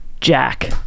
Jack